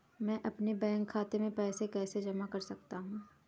मैं अपने बैंक खाते में पैसे कैसे जमा कर सकता हूँ?